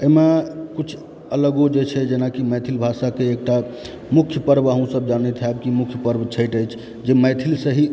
अइमे किछु अलगो जे छै जेनाकि मैथिल भाषाके एकटा मुख्य पर्व अहूँ सब जानैत होयब कि मुख्य पर्व छैठ अछि जे मैथिलसँ ही